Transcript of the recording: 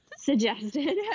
suggested